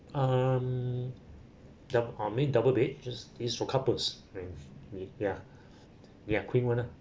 um the I mean double bed just this for couples right I mean ya ya queen one ah